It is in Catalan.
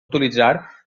utilitzar